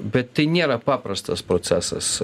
bet tai nėra paprastas procesas